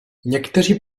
někteří